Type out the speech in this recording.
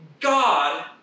God